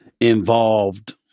involved